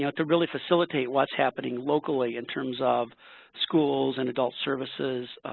yeah to really facilitate what's happening locally in terms of schools and adult services,